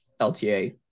LTA